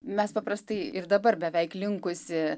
mes paprastai ir dabar beveik linkusi